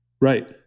Right